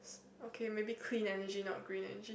okay maybe clean energy not green energy